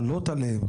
חלות עליהם,